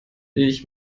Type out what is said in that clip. ich